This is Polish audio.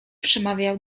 przemawiał